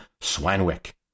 Swanwick